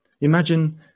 Imagine